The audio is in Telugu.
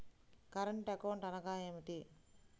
కరెంట్ అకౌంట్ అనగా ఏమిటి?